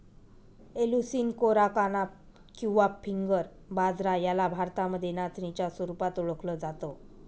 Eleusine coracana किंवा finger बाजरा याला भारतामध्ये नाचणीच्या स्वरूपात ओळखल जात